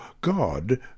God